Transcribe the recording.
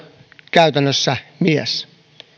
käytännössä mies